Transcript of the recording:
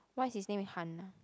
why is his name Hannah